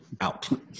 out